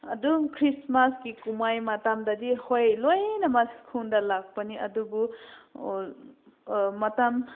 ꯑꯗꯨꯝ ꯈ꯭ꯔꯤꯁꯃꯥꯁꯀꯤ ꯀꯨꯝꯍꯩ ꯃꯇꯝꯗꯗꯤ ꯍꯣꯏ ꯂꯣꯏꯅꯃꯛ ꯈꯨꯟꯗ ꯂꯥꯛꯄꯅꯤ ꯑꯗꯨꯕꯨ ꯃꯇꯝ